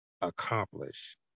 accomplish